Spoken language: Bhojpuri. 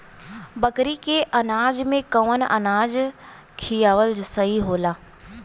बकरी के अनाज में कवन अनाज खियावल सही होला?